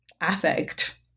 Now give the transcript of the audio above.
affect